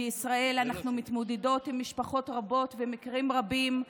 בישראל אנחנו מתמודדות עם משפחות רבות ומקרים רבים,